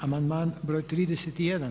Amandman broj 31.